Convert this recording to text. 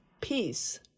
Peace